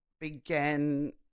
began